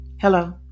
Hello